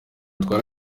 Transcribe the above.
atwara